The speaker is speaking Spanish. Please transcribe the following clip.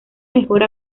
mejor